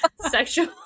sexual